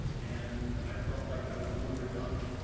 and i felt like i was doing my job.